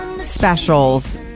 specials